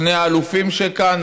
שני האלופים שכאן,